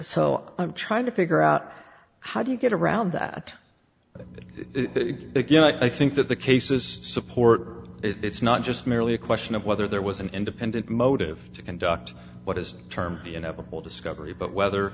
so i'm trying to figure out how do you get around that but it again i think that the cases support it's not just merely a question of whether there was an independent motive to conduct what is termed the inevitable discovery but whether